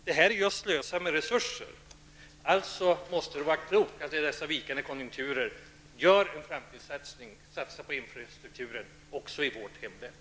Detta är slöseri med resurser. Det vore därför klokt att i dessa tider av vikande konjunkturer göra en framtidssatsning genom att satsa på infrastrukturen, också i vårt hemlän.